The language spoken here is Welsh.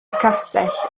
castell